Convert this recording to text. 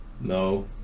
no